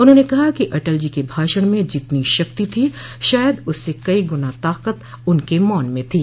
उन्होंने कहा कि अटल जी के भाषण में जितनी शक्ति थी शायद उससे कई गुना ताकत उनके मौन में थी